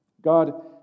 God